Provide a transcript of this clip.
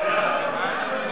ההצעה לכלול את הנושא